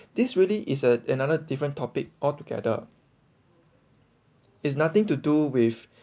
this really is a another different topic altogether is nothing to do with